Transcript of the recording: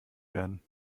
werden